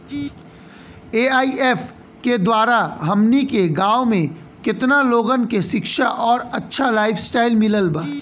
AIF के द्वारा हमनी के गांव में केतना लोगन के शिक्षा और अच्छा लाइफस्टाइल मिलल बा